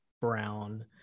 Brown